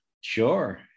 Sure